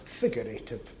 figurative